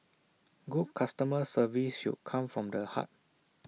good customer service should come from the heart